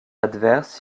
adverse